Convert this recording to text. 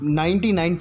99%